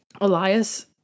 Elias